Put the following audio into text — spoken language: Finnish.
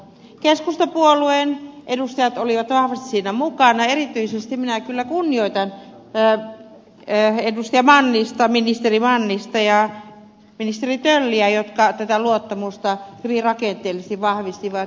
keskustapuolueen edustajat olivat vahvasti siinä mukana erityisesti minä kyllä kunnioitan ministeri mannista ja ministeri tölliä jotka tätä luottamusta hyvin rakenteellisesti vahvistivat